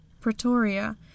Pretoria